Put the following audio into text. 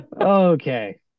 okay